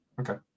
okay